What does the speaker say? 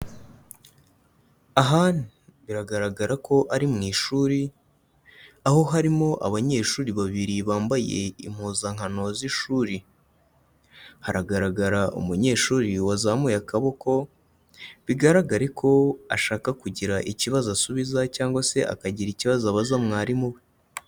Aha biragaragara ko ari mu ishuri, aho harimo abanyeshuri babiri bambaye impuzankano z'ishuri. Haragaragara umunyeshuri wazamuye akaboko, bigaragare ko ashaka kugira ikibazo asubiza cyangwa se akagira ikibazo abaza mwarimu we.